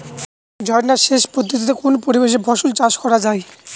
ঝর্না সেচ পদ্ধতিতে কোন পরিবেশে ফসল চাষ করা যায়?